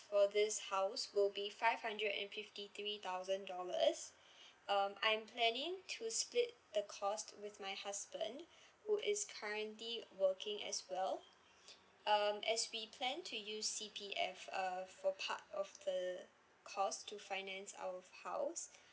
for this house will be five hundred and fifty three thousand dollars um I'm planning to split the cost with my husband who is currently working as well um as we plan to use C_P_F uh for part of the cost to finance our house